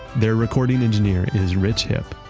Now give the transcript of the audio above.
their recording engineer is rich hipp.